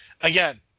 again